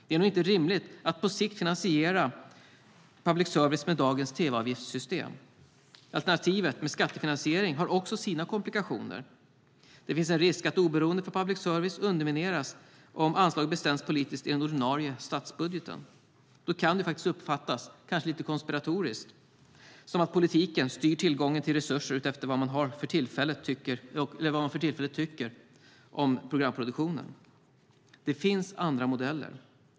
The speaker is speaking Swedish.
Det är inte rimligt att på sikt finansiera public service med dagens tv-avgiftssystem. Alternativet med en skattefinansiering har också sina komplikationer. Det finns en risk att oberoendet för public service undermineras om anslaget bestäms politiskt inom den ordinarie statsbudgeten. Då kan det faktiskt uppfattas, kanske lite konspiratoriskt, som om politiken styr tillgången till resurser efter vad man för tillfället tycker om programproduktionen. Det finns andra modeller.